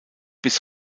bis